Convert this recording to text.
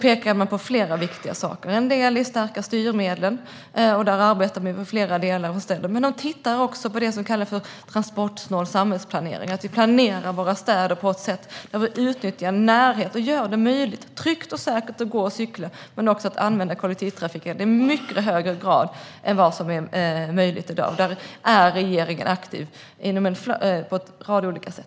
pekar på flera viktiga saker. En del är att stärka styrmedlen. Där arbetar vi med flera delar. Man tittar också på det som vi kallar för transportsnål samhällsplanering, att vi planerar våra städer på ett sätt där vi utnyttjar närhet och gör det möjligt, tryggt och säkert att gå och cykla och att använda kollektivtrafik i mycket högre grad än i dag. Där är regeringen aktiv på en rad olika sätt.